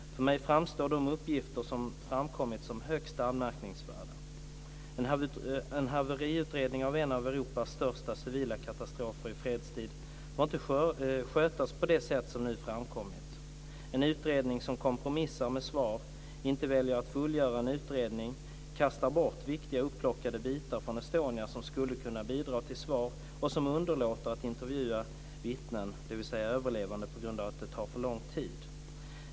För mig framstår de uppgifter som framkommit som högst anmärkningsvärda. En haveriutredning av en av Europas största civila katastrofer i fredstid får inte skötas på det sätt som nu framkommit - en utredning som kompromissar med svar, inte väljer att fullgöra en utredning, kastar bort viktiga upplockade bitar från Estonia som skulle kunna bidra till svar och underlåter att intervjua vittnen, dvs. överlevande, på grund av att det tar för lång tid.